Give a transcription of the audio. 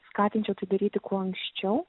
skatinčiau tai daryti kuo anksčiau